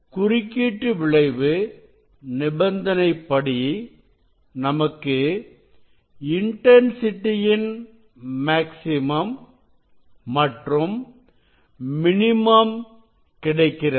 குறுக்கீட்டு விளைவு நிபந்தனைப்படி நமக்கு இன்டன்சிட்டியின் மேக்ஸிமம் மற்றும் மினிமம் கிடைக்கிறது